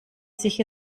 sich